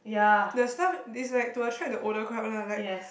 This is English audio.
the stuff it's like to attract the older crowd lah like